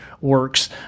works